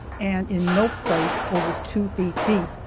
and in no place over two feet deep.